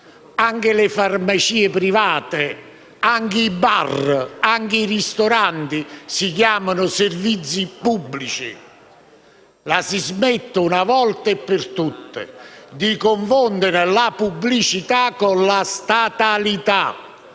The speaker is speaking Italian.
Anche le farmacie private, persino i bar o i ristoranti si chiamano servizi pubblici. La si smetta, una volta per tutte, di confondere la pubblicità con la statalità.